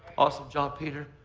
awesome, john peter.